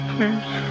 Please